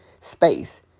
space